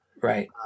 Right